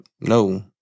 No